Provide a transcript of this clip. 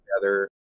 together